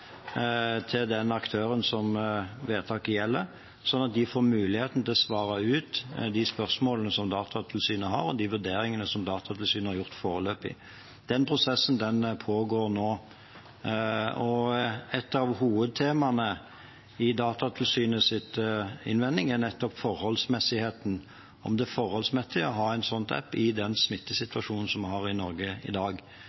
til den aktøren vedtaket gjelder, så de får muligheten til å svare på de spørsmålene Datatilsynet har, og de vurderingene Datatilsynet har gjort foreløpig. Den prosessen pågår nå. Ett av hovedtemaene i Datatilsynets innvending er nettopp forholdsmessigheten, om det er forholdsmessig å ha en sånn app i den